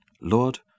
Lord